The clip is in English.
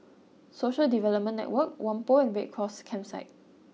Social Development Network Whampoa and Red Cross Campsite